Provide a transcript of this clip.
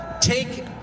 take